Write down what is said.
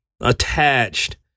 attached